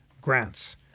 grants